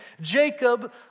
Jacob